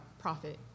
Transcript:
profit